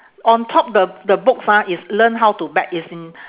on top the the books ah is learn how to bet it's in